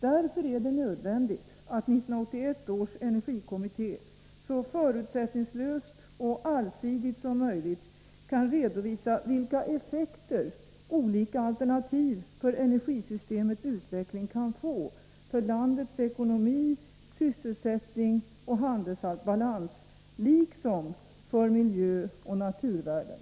Därför är det nödvändigt att 1981 års energikommitté så förutsättningslöst och allsidigt som möjligt kan redovisa vilka effekter olika alternativ för energisystemets utveckling kan få för landets ekonomi, sysselsättning och handelsbalans liksom för miljöoch naturvärden.